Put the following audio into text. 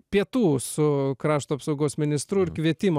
pietų su krašto apsaugos ministru ir kvietimo